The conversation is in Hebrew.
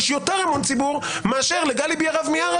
יש יותר אמון ציבור מאשר לגלי בהרב-מיארה,